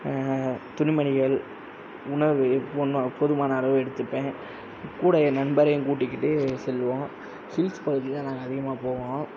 துணிமணிகள் உணவு போதுமான அளவு எடுத்துப்பேன் கூட என் நண்பரையும் கூட்டிக்கிட்டு செல்வோம் ஹீல்ஸ் பகுதிதான் நாங்கள் அதிகமாக போவோம்